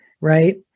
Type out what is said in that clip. right